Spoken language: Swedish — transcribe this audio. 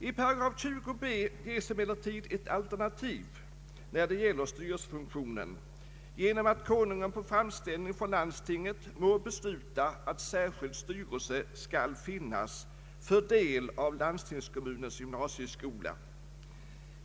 I § 20 b ges emellertid ett alternativ när det gäller styrelsefunktionen, genom att Konungen på framställning från landstinget må besluta att särskild styrelse skall finnas för del av landstingskommunens gymnasieskola.